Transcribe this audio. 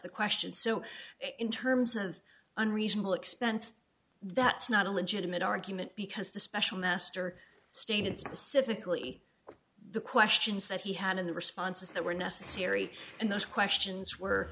the question so in terms of unreasonable expense that's not a legitimate argument because the special master stated specifically the questions that he had in the responses that were necessary and those questions were